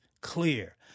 clear